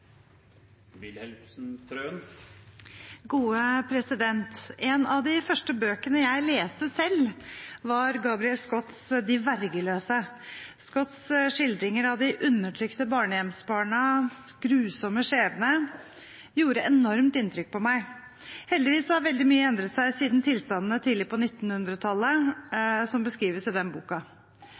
En av de første bøkene jeg leste selv, var Gabriel Scotts «De vergeløse». Scotts skildringer av de undertrykte barnehjemsbarnas grusomme skjebne gjorde enormt inntrykk på meg. Heldigvis har veldig mye endret seg siden tilstandene tidlig på 1900-tallet som beskrives i den boka.